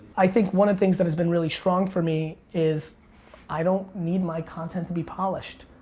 i think one of the things that has been really strong for me is i don't need my content to be polished.